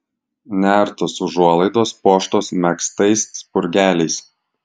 nertos užuolaidos puoštos megztais spurgeliais